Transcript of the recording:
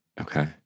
Okay